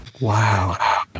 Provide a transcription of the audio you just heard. Wow